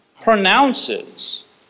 pronounces